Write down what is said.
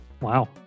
Wow